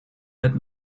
bed